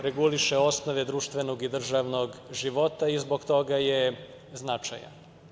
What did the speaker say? Reguliše osnove društvenog i društvenog života i zbog toga je značajan.